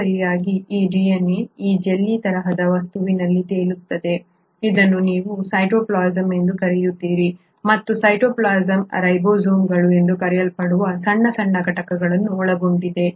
ಹೆಚ್ಚುವರಿಯಾಗಿ ಈ DNA ಈ ಜೆಲ್ಲಿ ತರಹದ ವಸ್ತುವಿನಲ್ಲಿ ತೇಲುತ್ತದೆ ಇದನ್ನು ನೀವು ಸೈಟೋಪ್ಲಾಸಂ ಎಂದು ಕರೆಯುತ್ತೀರಿ ಮತ್ತು ಸೈಟೋಪ್ಲಾಸಂ ರೈಬೋಸೋಮ್ಗಳು ಎಂದು ಕರೆಯಲ್ಪಡುವ ಸಣ್ಣ ಸಣ್ಣ ಘಟಕಗಳನ್ನು ಒಳಗೊಂಡಿದೆ